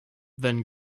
then